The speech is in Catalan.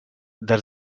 des